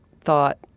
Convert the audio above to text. thought